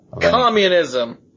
Communism